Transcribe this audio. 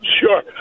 sure